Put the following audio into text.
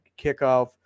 kickoff